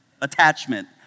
attachment